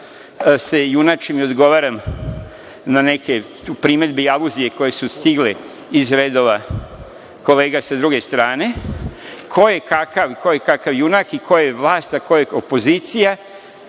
se junačim i odgovaram na neke primedbe i aluzije koje su stigle iz redova kolega sa druge strane, ko je kakav i ko je kakav junak i ko je vlast, a ko je opozicija